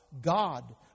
God